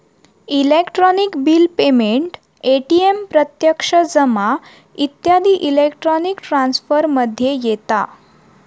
electronic bill payment, ATM प्रत्यक्ष जमा इत्यादी इलेक्ट्रॉनिक ट्रांसफर मध्ये येता